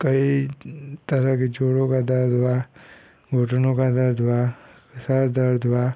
कई तरह के जोड़ों का दर्द हुआ घुटनों का दर्द हुआ या सर दर्द हुआ